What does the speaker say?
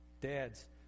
Dads